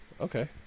Okay